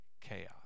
chaos